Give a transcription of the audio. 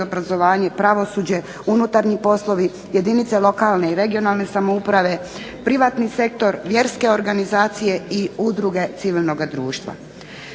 pravosuđe, unutarnji poslovi, jedinice lokalne i regionalne samouprave, privatni sektor, vjerske organizacije i udruge civilnoga društva.